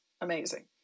amazing